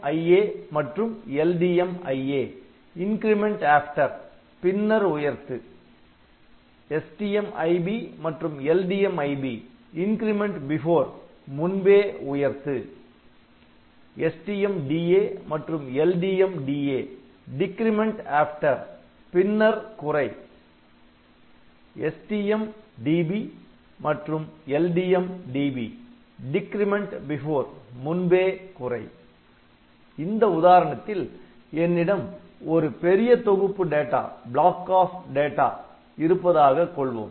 STMIA மற்றும் LDMIA பின்னர் உயர்த்து STMIB மற்றும் LDMIB முன்பே உயர்த்து STMDA மற்றும் LDMDA பின்னர் குறை STMDB மற்றும் LDMDB முன்பே குறை இந்த உதாரணத்தில் என்னிடம் ஒரு பெரிய தொகுப்பு டேட்டா இருப்பதாகக் கொள்வோம்